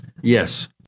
Yes